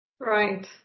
Right